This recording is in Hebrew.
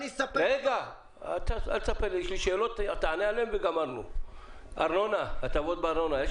יש לכם הטבות בארנונה?